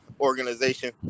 organization